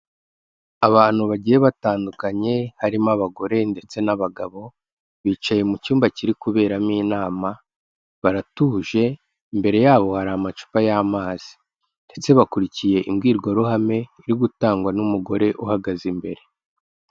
Abantu bagiye batandukanye, harimo abagore ndetse n'abagabo, bicaye mu cyumba kiri kuberamo inama, baratuje, imbere yabo hari amacupa y'amazi. Ndetse bakurikiye imbwirwaruhame iri gutangwa n'umugore uhagaze imbere.